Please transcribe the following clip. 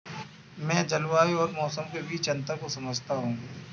मैं जलवायु और मौसम के बीच अंतर को समझता हूं